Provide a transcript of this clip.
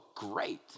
great